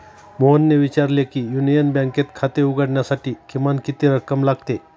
मोहनने विचारले की युनियन बँकेत खाते उघडण्यासाठी किमान किती रक्कम लागते?